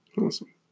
Awesome